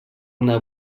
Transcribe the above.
una